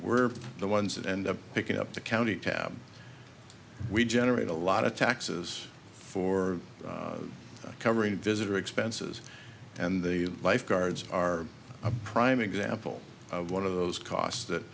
we're the ones that end up picking up the county tab we generate a lot of taxes for covering visitor expenses and the lifeguards are a prime example of one of those costs that